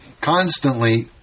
constantly